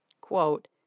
Quote